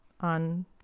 on